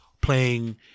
playing